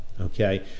okay